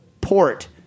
port